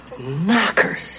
knockers